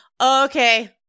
okay